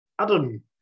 Adam